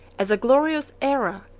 as a glorious aera,